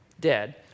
dead